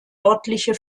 örtliche